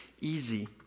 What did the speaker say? easy